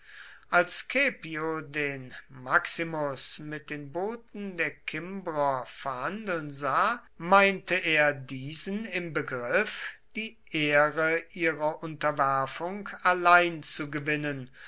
als caepio den maximus mit den boten der kimbrer verhandeln sah meinte er diesen im begriff die ehre ihrer unterwerfung allein zu gewinnen